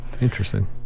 Interesting